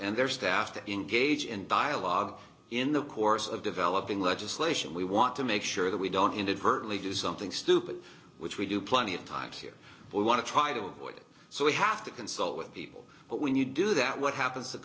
and their staff to engage in dialogue in the course of developing legislation we want to make sure that we don't inadvertently do something stupid which we do plenty of times here we want to try to avoid it so we have to consult with people but when you do that what happens to